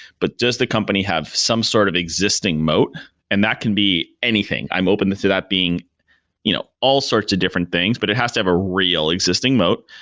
but just the company have some sort of existing mote and that can be anything. i'm open to that being you know all sorts of different things, but it has to have a real existing mote.